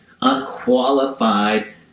unqualified